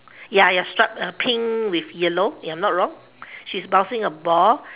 ya ya stripe pink with yellow if I am not wrong she is bouncing a ball